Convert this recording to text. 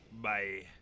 Bye